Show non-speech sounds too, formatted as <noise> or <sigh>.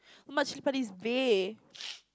much chilli-padi is bae <noise>